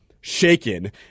shaken